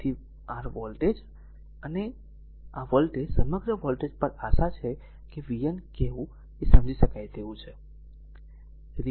તેથી r અને voltage આ સમગ્ર વોલ્ટેજ પર આશા છે કે તે vn કહેવું સમજી શકાય તેવું છે